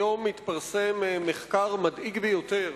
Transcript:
היום התפרסם מחקר מדאיג ביותר